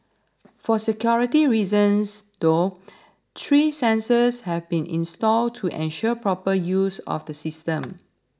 for security reasons though three sensors have been installed to ensure proper use of the system